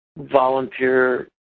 volunteer